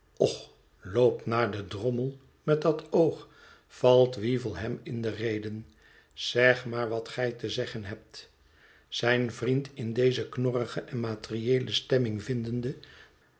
och loop naar den drommel met dat oog valt wéevle hem in de rede zeg maar wat gij te zeggen hebt zijn vriend in deze knorrige en materieele stemming vindende